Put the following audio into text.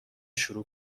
شروع